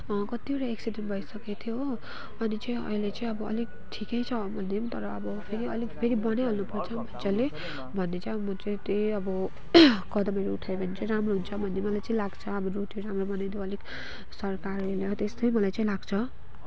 कतिवटा एक्सिडेनेट भइसकेको थियो हो अनि चाहिँ अहिले चाहिँ अलिक ठिकै छ भनौँ तर अब फेरि अलिक बनाइहाल्नु पर्छ मजाले भन्ने चाहिँ अब म चाहिँ त्यही अब कदमहरू उठायो भने चाहिँ राम्रो हुन्छ भन्ने मलाई चाहिँ लाग्छ रोडहरू राम्रो बनाइदेउ अलिक सरकारले त्यस्तै मलाई चाहिँ लाग्छ